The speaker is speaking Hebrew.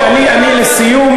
אני לסיום,